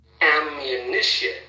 Ammunition